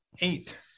Eight